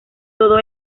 todo